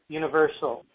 universal